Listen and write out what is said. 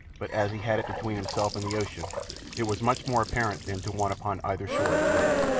but as he had it between himself and the ocean it was much more apparent than to one upon either shore of the river.